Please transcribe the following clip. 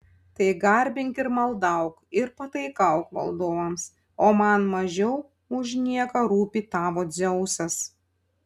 tai garbink ir maldauk ir pataikauk valdovams o man mažiau už nieką rūpi tavo dzeusas